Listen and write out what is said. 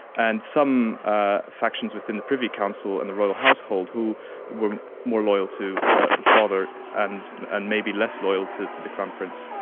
and some ah factions within the privy council and the royal household who were more loyal to the father and and may be less loyal to to the crown prince.